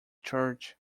church